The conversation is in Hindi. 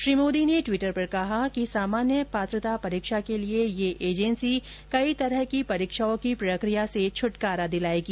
श्री मोदी ने टवीटर पर कहा कि सामान्य पात्रता परीक्षा के जरिए यह एजेंसी कई तरह की परीक्षाओं की प्रक्रिया से छुटकारा दिलाएगी